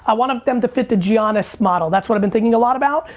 i want them to fit the giannis model. that's what i've been thinking a lot about.